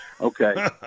Okay